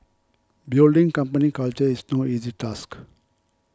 building company culture is no easy task